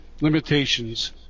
limitations